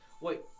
Wait